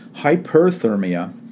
hyperthermia